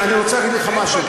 אני רוצה להגיד לך משהו,